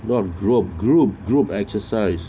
what group group group exercise